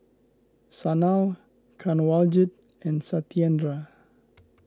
Sanal Kanwaljit and Satyendra